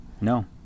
No